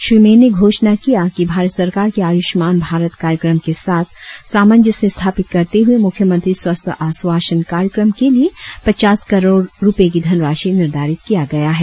श्री मैन ने घोषणा किया कि भारत सरकार की आयुषमान भारत कार्यक्रम के साथ सामंजस्य स्थापित करते हुए मुख्यमंत्री स्वास्थ्य आश्वासन कार्यक्रम के लिए पचास करोड़ की धनराशि निर्धारित किया गया है